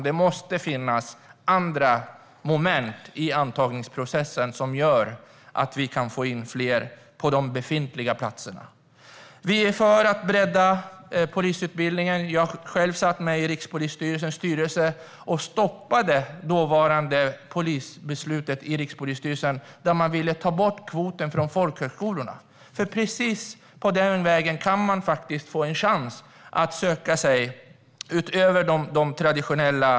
Det måste finnas andra moment i antagningsprocessen som kan leda till att vi kan få in fler på de befintliga platserna. Vi är för att bredda polisutbildningen. Jag satt själv med i Rikspolisstyrelsen och stoppade då beslut om att ta bort kvoten från folkhögskolorna. Man kan nämligen precis den vägen, utöver de traditionella vägarna, få en chans att söka sig till polisyrket.